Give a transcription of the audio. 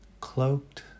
cloaked